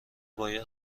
باید